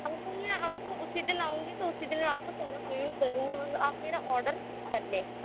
آپ کو اُسی دِن آؤں گی تو اُسی دِن میں آپ کو پہلے پیمنٹ کر دوں گی بس آپ میرا آڈر کر لیں